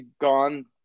gone